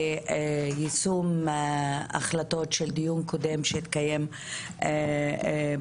יישום החלטות של דיון קודם שהתקיים בוועדה.